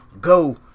go